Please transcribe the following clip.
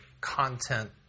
content